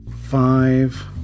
Five